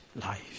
life